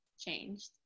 changed